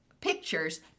pictures